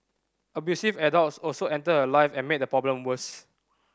abusive adults also entered her life and made the problem worse